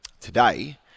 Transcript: today